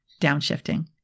downshifting